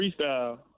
Freestyle